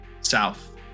south